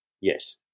Yes